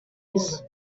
isi